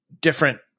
different